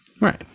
right